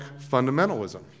fundamentalism